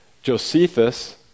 Josephus